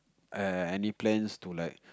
err any plans to like